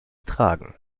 tragen